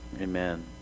Amen